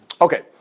Okay